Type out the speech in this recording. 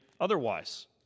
otherwise